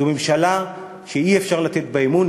זאת ממשלה שאי-אפשר לתת בה אמון,